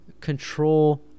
control